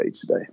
today